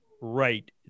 Right